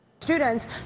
students